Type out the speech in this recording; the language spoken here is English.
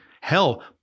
hell